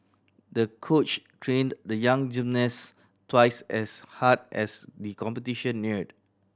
the coach trained the young gymnast twice as hard as the competition neared